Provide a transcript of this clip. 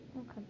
Okay